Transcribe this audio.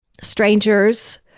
strangers